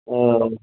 ہاں